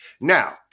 Now